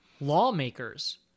lawmakers